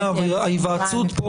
ההצעה.